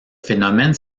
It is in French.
phénomène